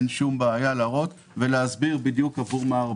אין שום בעיה להראות ולהסביר בדיוק עבור מה נדרשים 4 מיליון שקל.